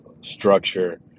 structure